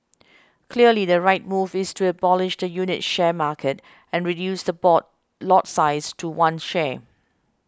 clearly the right move is to abolish the unit share market and reduce the board lot size to one share